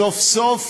סוף-סוף